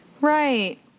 Right